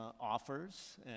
offers